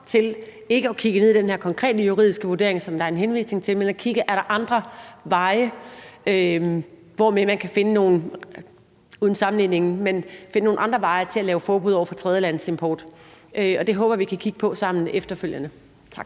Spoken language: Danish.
til ikke at kigge videre på den her konkrete juridiske vurdering, som der er en henvisning til, men at kigge på, om man kan finde nogle andre veje – uden sammenligning – til at lave forbud over for tredjelandsimport. Og det håber jeg vi kan kigge på sammen efterfølgende. Tak.